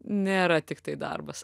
nėra tiktai darbas